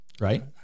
Right